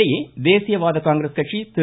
இதனிடையே தேசியவாத காங்கிரஸ் கட்சி திரு